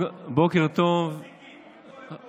כמו זיקית, מפה לפה.